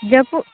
ᱡᱟ ᱯᱩᱫ